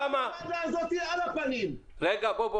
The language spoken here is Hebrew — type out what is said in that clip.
למה?